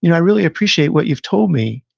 you know i really appreciate what you've told me.